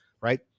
right